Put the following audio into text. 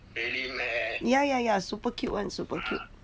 ya ya ya super cute [one] super cute